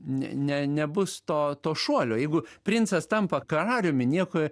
ne ne nebus to to šuolio jeigu princas tampa karaliumi nieko